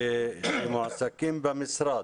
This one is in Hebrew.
שהם מועסקים במשרד.